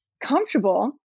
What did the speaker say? comfortable